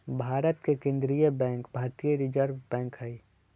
भारत के केंद्रीय बैंक भारतीय रिजर्व बैंक हइ